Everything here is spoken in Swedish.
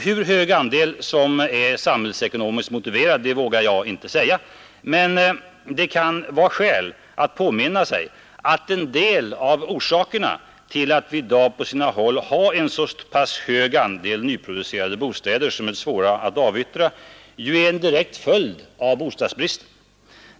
Hur hög andel som är samhällsekonomiskt motiverad vågar jag inte säga. Men det kan vara skäl att påminna sig att en del av orsakerna till att vi i dag på sina håll har en så pass hög andel nyproducerade bostäder som är svåra att avyttra ju är en direkt följd av bostadsbristen.